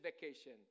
vacation